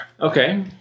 Okay